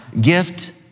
gift